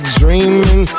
dreaming